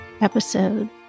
episode